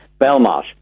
Belmarsh